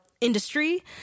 industry